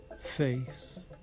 face